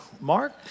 Mark